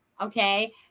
okay